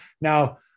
Now